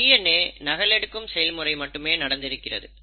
DNA நகலெடுக்கும் செயல்முறை மட்டுமே நடந்திருக்கிறது